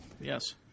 Yes